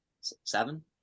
Seven